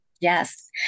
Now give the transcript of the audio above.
Yes